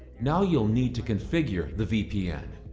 now you'll need to configure the vpn.